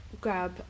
grab